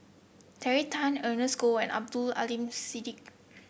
Terry Tan Ernest Goh and Abdul Aleem Siddique